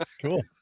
Cool